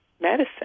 medicine